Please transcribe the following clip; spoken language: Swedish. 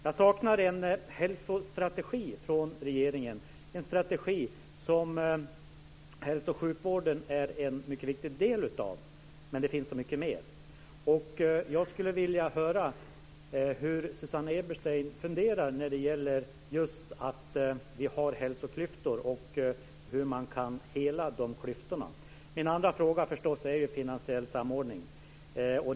Jag saknar en hälsostrategi från regeringen, en strategi som hälso och sjukvården är en mycket viktig del av. Men det finns så mycket mer. Jag skulle vilja höra hur Susanne Eberstein funderar när det gäller just att vi har hälsoklyftor och hur man kan hela dessa klyftor. Min andra fråga handlar förstås om finansiell samordning.